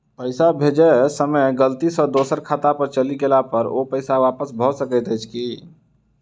पैसा भेजय समय गलती सँ दोसर खाता पर चलि गेला पर ओ पैसा वापस भऽ सकैत अछि की?